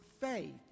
faith